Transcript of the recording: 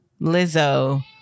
Lizzo